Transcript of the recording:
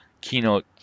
keynote